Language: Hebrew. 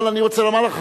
אבל אני רוצה לומר לך,